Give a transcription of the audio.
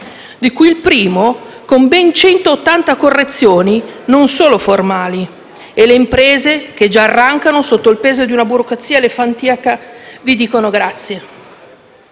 di cui il primo con ben 180 correzioni, non solo formali. E le imprese che già arrancano sotto il peso di una burocrazia elefantiaca vi dicono grazie.